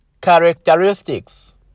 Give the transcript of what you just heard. characteristics